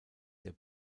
der